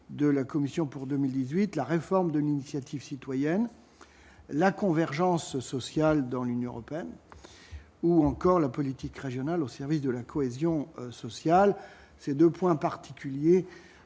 de la commission pour 2018 : la réforme de l'Initiative citoyenne, la convergence sociale dans l'Union européenne ou encore la politique régionale au service de la cohésion sociale, ces 2 points particuliers,